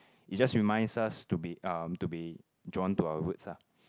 it just reminds us to be um to be drawn to our roots ah